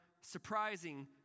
surprising